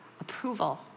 approval